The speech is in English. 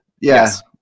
Yes